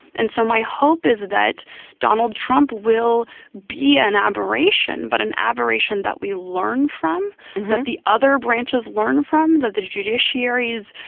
and so my hope is that donald trump will be an aberration, but an aberration that we learn from the other branches, learn from that the judiciary is,